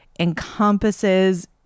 encompasses